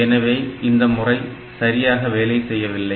எனவே இந்த முறை சரியாக வேலை செய்யவில்லை